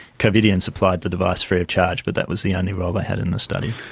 covidien supplied the device free of charge, but that was the only role they had in the study.